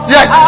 Yes